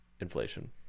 Inflation